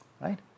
right